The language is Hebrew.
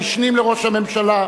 המשנים לראש הממשלה,